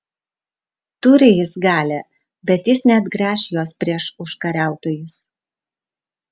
turi jis galią bet jis neatgręš jos prieš užkariautojus